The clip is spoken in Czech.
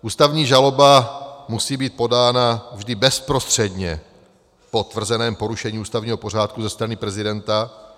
Ústavní žaloba musí být podána vždy bezprostředně po tvrzeném porušení ústavního pořádku ze strany prezidenta.